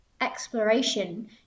exploration